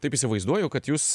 taip įsivaizduoju kad jūs